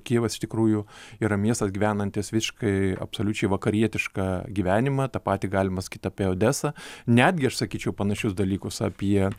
kijevas iš tikrųjų yra miestas gyvenantis visiškai absoliučiai vakarietišką gyvenimą tą patį galima sakyt apie odesą netgi aš sakyčiau panašius dalykus apie